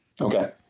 Okay